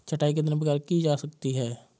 छँटाई कितने प्रकार से की जा सकती है?